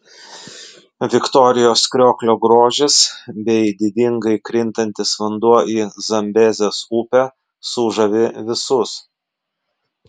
viktorijos krioklio grožis bei didingai krintantis vanduo į zambezės upę sužavi visus